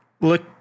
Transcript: look